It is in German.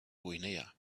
guinea